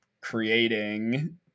creating